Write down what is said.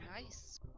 Nice